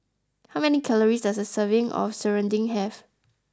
how many calories does a serving of Serunding have